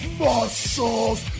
muscles